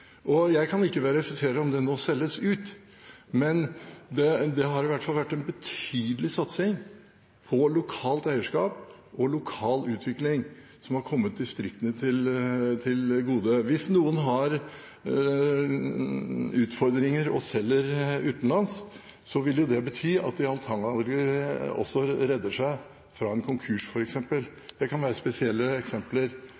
eiere. Jeg kan ikke verifisere om det nå selges ut, men det har i hvert fall vært en betydelig satsing på lokalt eierskap og lokal utvikling, som har kommet distriktene til gode. Hvis noen har utfordringer og selger utenlands, vil jo det bety at de antakelig også redder seg selv fra en konkurs,